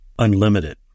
Unlimited